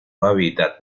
hábitat